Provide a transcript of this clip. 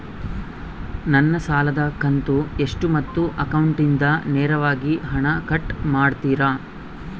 ನನ್ನ ಸಾಲದ ಕಂತು ಎಷ್ಟು ಮತ್ತು ಅಕೌಂಟಿಂದ ನೇರವಾಗಿ ಹಣ ಕಟ್ ಮಾಡ್ತಿರಾ?